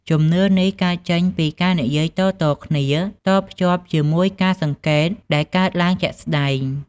ជំនឿនេះកើតចេញពីការនិយាយតៗគ្នា តភ្ជាប់ជាមួយការសង្កេតដែលកើតឡើងជាក់ស្តែង។